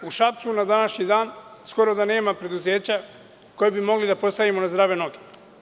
U Šapcu na današnji dan skoro da nema preduzeća koja bi mogli da postavimo na zdrave noge.